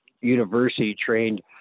university-trained